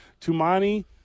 Tumani